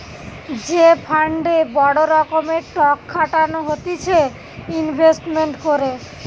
যে ফান্ডে বড় রকমের টক খাটানো হতিছে ইনভেস্টমেন্ট করে